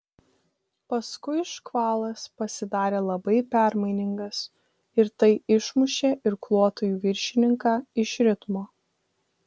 paskui škvalas pasidarė labai permainingas ir tai išmušė irkluotojų viršininką iš ritmo